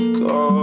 go